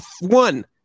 one